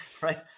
right